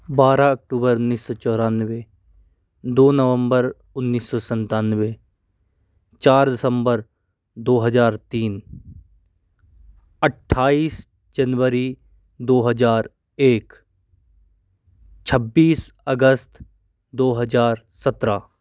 बारा अक्टूबर उन्नीस सौ चौरानवे दो नवम्बर उन्नीस सौ सत्तानवे चार दिसम्बर दो हज़ार तीन अट्ठाईस जनवरी दो हज़ार एक छब्बीस अगस्त दो हज़ार सत्रह